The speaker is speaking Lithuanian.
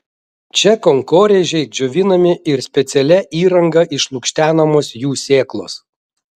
čia kankorėžiai džiovinami ir specialia įranga išlukštenamos jų sėklos